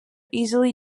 easily